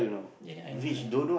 ya I know I know